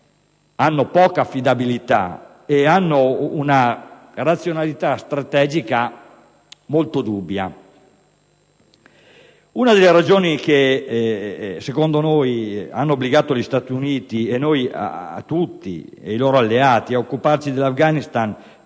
hanno poca affidabilità e mostrano una razionalità strategica molto dubbia. Una delle ragioni che secondo noi hanno obbligato gli Stati Uniti, i loro alleati e tutti noi ad occuparci dell'Afghanistan